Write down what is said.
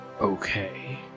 okay